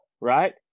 right